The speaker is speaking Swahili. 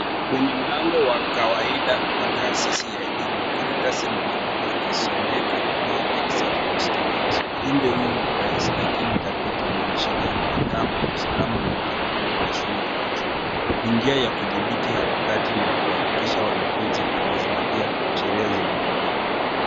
Kwenye mlango wa kawaida wa taasisi ya elimu karatasi imebandikwa ikisomeka No exit for students. Ujumbe huu rahisi lakini thabiti unaashiria nidhamu, usalama na utaratibu wa shule au chuo. Ni njia ya kudhibiti harakati na kuhakikisha wanafunzi wanazingtia sheria zilizowekwa.